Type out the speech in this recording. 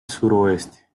suroeste